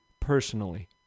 personally